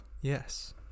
Yes